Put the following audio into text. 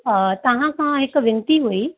तव्हां खां हिक वेनती हुई